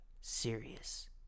Serious